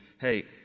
hey